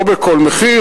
לא בכל מחיר,